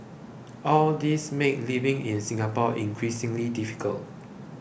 all these made living in Singapore increasingly difficult